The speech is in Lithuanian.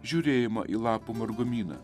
žiūrėjimą į lapų margumyną